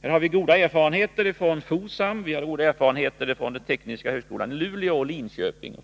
Där har vi goda erfarenheter från Fosam samt från de tekniska högskolorna i Luleå, Linköping,